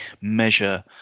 measure